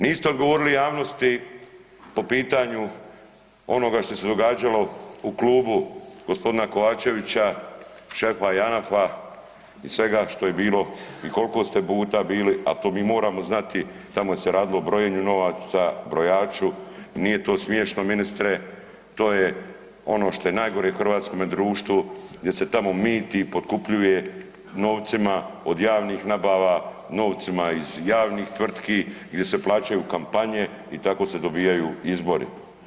Niste odgovorili javnosti po pitanju onoga što se događalo u klubu g. Kovačevića, šefa Janafa i svega što je bilo i kolko ste puta bili, a to mi moramo znati, tamo je se radilo o brojenju novaca, brojaču, nije to smiješno ministre, to je ono što je najgore u hrvatskome društvo gdje se tamo miti i potkupljuje novcima od javnih nabava, novcima iz javnih tvrtki, gdje se plaćaju kampanje i tako se dobijaju izbori.